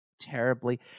terribly